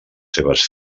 seves